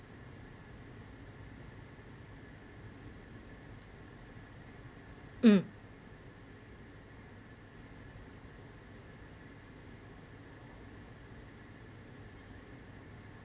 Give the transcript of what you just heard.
mm